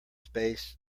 space